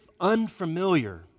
unfamiliar